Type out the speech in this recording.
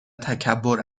تکبر